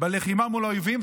בלחימה מול האויבים,